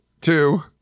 Two